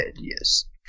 yes